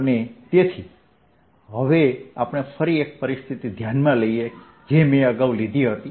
અને તેથી હવે આપણે ફરી એક પરિસ્થિતિ ધ્યાનમાં લઈએ જે મેં અગાઉ લીધી હતી